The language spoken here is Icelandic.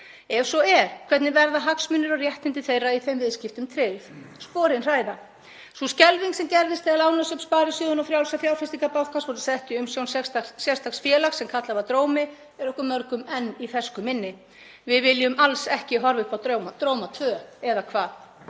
Ef svo er, hvernig verða hagsmunir og réttindi þeirra í þeim viðskiptum tryggð? Sporin hræða. Sú skelfing sem gerðist þegar lánasöfn sparisjóðanna og Frjálsa fjárfestingarbankans voru sett í umsjón sérstaks félags sem kallað var Drómi er okkur mörgum enn í fersku minni. Við viljum alls ekki horfa upp á Dróma 2, eða hvað?